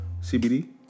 CBD